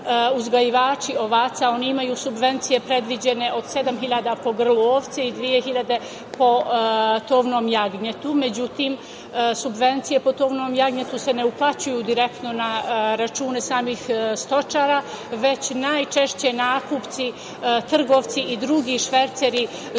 uzgajivači ovaca oni imaju subvencije predviđene od 7.000 po grlu ovce i 2.000 po tovnom jagnjetu.Međutim, subvencije po tovnom jagnjetu se ne uplaćuju direktno na račune samih stočara, već najčešće nakupci trgovci i drugi šverceri